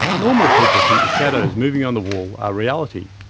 normal people think the shadows moving on the wall are reality,